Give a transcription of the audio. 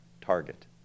target